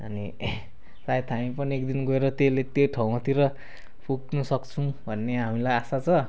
अनि सायद हामी पनि एकदिन गएर त्यसले त्यो ठाउँतिर पुग्नु सक्छौँ भन्ने हामीलाई आशा छ